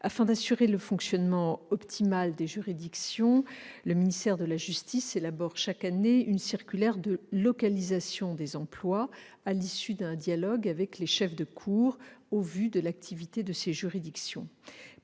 Afin d'assurer le fonctionnement optimal des juridictions, le ministère de la justice élabore chaque année une circulaire de localisation des emplois, à l'issue d'un dialogue avec les chefs de cour, au vu de l'activité des juridictions.